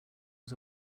was